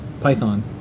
Python